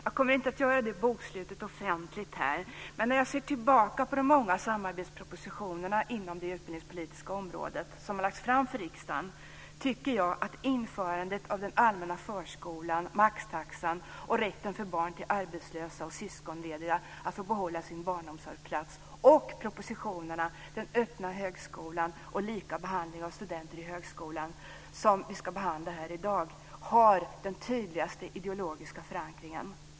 Jag kommer inte att göra det bokslutet offentligt här, men när jag ser tillbaka på de många samarbetspropositionerna inom det utbildningspolitiska området som har lagts fram för riksdagen, tycker jag att införandet av den allmänna förskolan, maxtaxan och rätten för barn till arbetslösa och syskonlediga att få behålla sin barnomsorgsplats och propositionerna Den öppna högskolan och Likabehandling av studenter i högskolan, som vi ska behandla här i dag, har den tydligaste ideologiska förankringen.